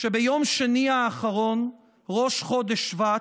שביום שני האחרון, ראש חודש שבט,